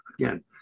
again